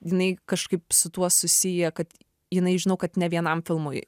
jinai kažkaip su tuo susiję kad jinai žinau kad ne vienam filmui